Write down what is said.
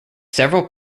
several